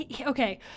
okay